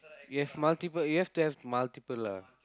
yes multiple you have to have multiple lah